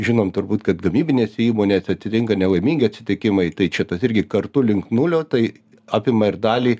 žinom turbūt kad gamybinėse įmonėse atitinka nelaimingi atsitikimai tai čia tas irgi kartu link nulio tai apima ir dalį